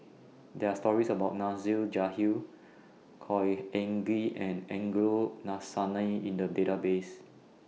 There Are stories about Nasir Jalil Khor Ean Ghee and Angelo Sanelli in The Database